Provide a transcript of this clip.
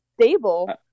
stable